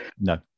no